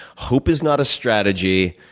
hope is not a strategy.